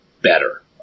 better